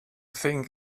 think